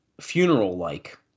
funeral-like